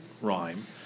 rhyme